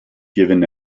given